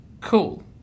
Cool